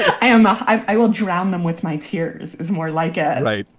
i am ah i will drown them with my tears is more like a lie.